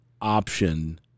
option